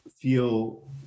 feel